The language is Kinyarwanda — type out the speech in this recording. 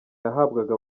yahabwaga